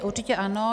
Určitě ano.